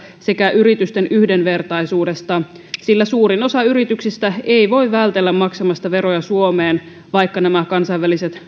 sekä yritysten yhdenvertaisuudesta sillä suurin osa yrityksistä ei voi vältellä maksamasta veroja suomeen vaikka nämä kansainväliset